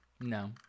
no